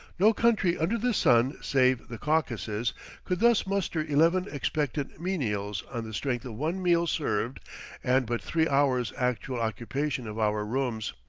no country under the sun save the caucasus could thus muster eleven expectant menials on the strength of one meal served and but three hours actual occupation of our rooms.